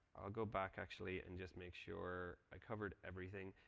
i'll go back actually and just make sure i covered everything.